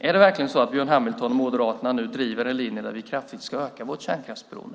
Är det verkligen så att Björn Hamilton och Moderaterna nu driver en linje som innebär att vi kraftigt ska öka vårt kärnkraftsberoende?